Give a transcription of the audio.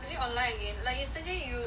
is it online again like yesterday you